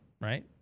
right